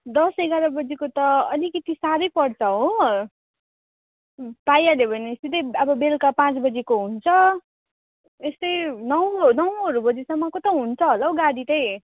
दस एघार बजेको त अलिकति साह्रै पर्छ हो पाइहाल्यो भने सिधै अब बेलुका पाँच बजेको हुन्छ यस्तै नौहरू बजेसम्मको त हुन्छ होला हौ गाडी चाहिँ